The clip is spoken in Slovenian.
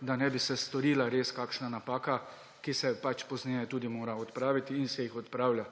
da se ne bi storila res kakšna napaka, ki se pač pozneje tudi mora odpraviti in se jih odpravlja.